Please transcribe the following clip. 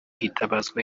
hitabazwa